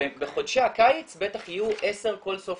בחודשי הקיץ בטח יהיו עשר כל שבוע,